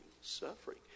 suffering